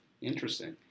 Interesting